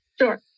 Sure